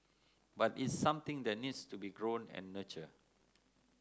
but it's something that needs to be grown and nurtured